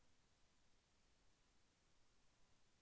Debit మరియు credit ఉదాహరణలు ఏమిటీ?